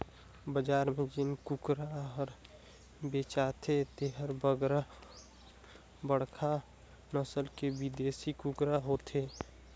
बजार में जेन कुकरा हर बेचाथे तेहर बड़खा नसल के बिदेसी कुकरा होथे